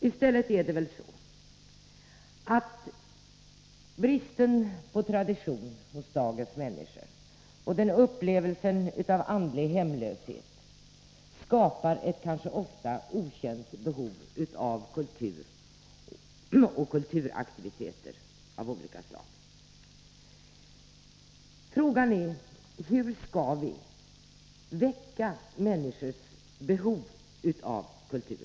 I stället är det väl så att bristen på tradition hos dagens människor och deras upplevelse av andlig hemlöshet skapar ett kanske ofta okänt behov av kultur och kulturaktiviteter av olika slag. Frågan är: Hur skall vi väcka människors behov av kultur?